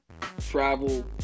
travel